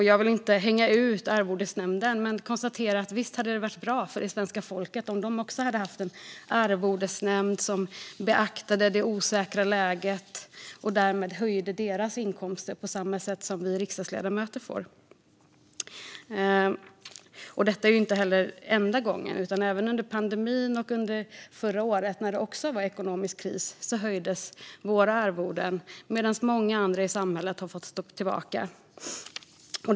Jag vill inte hänga ut arvodesnämnden, men visst hade det varit bra för svenska folket om de också hade haft en arvodesnämnd som beaktade det osäkra läget och därmed höjde deras inkomster på samma sätt som man gör för oss riksdagsledamöter. Detta är dessutom inte enda gången. Även under pandemin och förra året, då det också var ekonomisk kris, höjdes våra arvoden medan många andra i samhället har fått stå tillbaka.